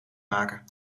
maken